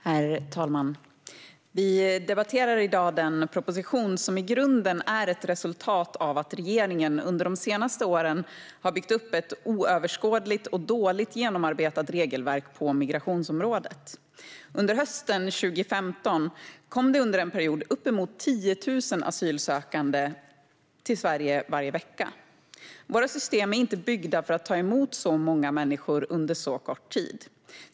Herr talman! Vi debatterar i dag den proposition som i grunden är ett resultat av att regeringen under de senaste åren har byggt upp ett oöverskådligt och dåligt genomarbetat regelverk på migrationsområdet. Under hösten 2015 kom det under en period uppemot 10 000 asylsökande till Sverige varje vecka. Våra system är inte byggda för att ta emot så många människor under så kort tid.